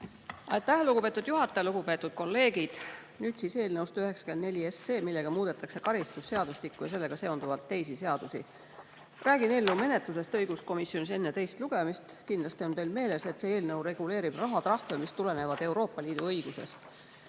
Aitäh, lugupeetud juhataja! Lugupeetud kolleegid! Nüüd eelnõust 94, millega muudetakse karistusseadustikku ja sellega seonduvalt teisi seadusi. Räägin eelnõu menetlusest õiguskomisjonis enne teist lugemist. Kindlasti on teil meeles, et see eelnõu reguleerib rahatrahve, mis tulenevad Euroopa Liidu õigusest.